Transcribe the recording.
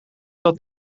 dat